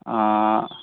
ꯑꯥ